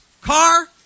car